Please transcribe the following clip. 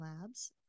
labs